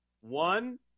One